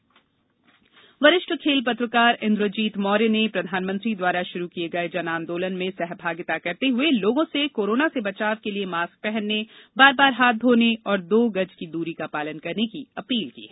जन आंदोलन वरिष्ठ खेल पत्रकार इन्द्रजीत मौर्य ने प्रधानमंत्री द्वारा शुरू किये गए जन आंदोलन में सहभागिता करते हुए लोगों से कोरोना से बचाव के लिए मास्क पहनने बार बार हाथ धोने और दो गज की दूरी का पालन करने की अपील की है